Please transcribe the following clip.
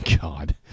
God